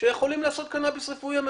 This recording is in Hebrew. שיכולים לעשות קנאביס רפואי לייצוא,